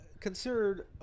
considered